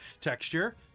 texture